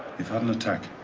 you've had an attack.